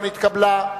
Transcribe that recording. לא נתקבלה.